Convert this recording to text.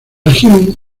región